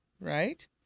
right